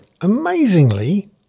amazingly